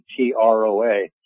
TROA